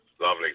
Lovely